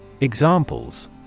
Examples